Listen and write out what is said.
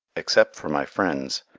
except for my friends,